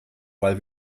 while